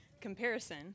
comparison